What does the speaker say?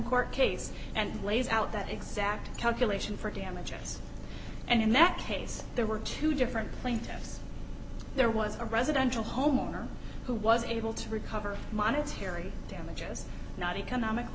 court case and lays out that exact calculation for damages and in that case there were two different plaintiffs there was a residential homeowner who was able to recover monetary damages not economic